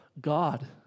God